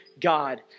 God